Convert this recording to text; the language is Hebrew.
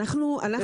מיקי.